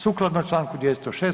Sukladno članku 206.